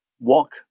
Walk